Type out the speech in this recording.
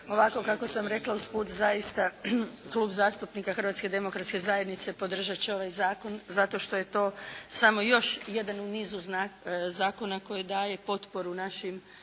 Ovako kako sam rekla usput zaista Klub zastupnika Hrvatske demokratske zajednice podržat će ovaj Zakon zato što je to samo još jedan u nizu zakona koji daje potporu našim